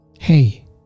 Hey